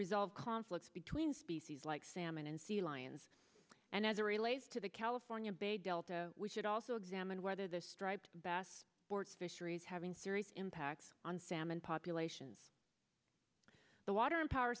resolve conflicts between species like salmon and sea lions and as a relates to the california based delta we should also examine whether the striped bass ports fisheries having serious impacts on salmon populations the water and power